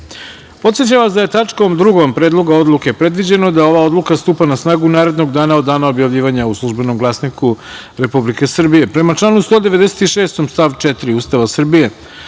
amandman. Podsećam vas da je tačkom 2. Predloga odluke predviđeno da ova odluka stupa na snagu narednog dana od dana objavljivanja u „Službenom glasniku Republike Srbije“.Prema članu 196. stav 4. Ustava Republike